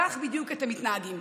כך בדיוק אתם מתנהגים.